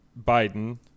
Biden